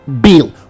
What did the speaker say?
bill